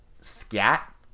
scat